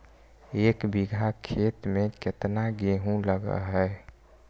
एक बिघा खेत में केतना गेहूं लग है?